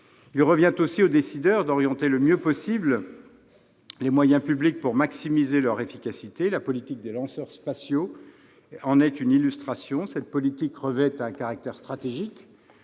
Il revient aussi aux décideurs d'orienter le mieux possible les moyens publics pour maximiser leur efficacité. La politique des lanceurs spatiaux en est une illustration. Cette politique revêt un caractère stratégique